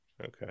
Okay